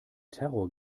terror